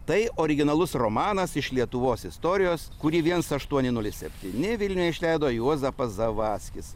tai originalus romanas iš lietuvos istorijos kurį viens aštuoni nulis septyni vilniuje išleido juozapas zavadskis